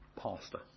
Pastor